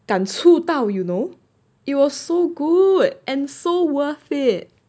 感触到 you know it was so good and so worth it